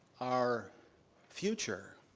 our future